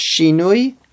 shinui